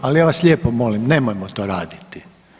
Ali ja vas lijepo molim nemojmo to raditi.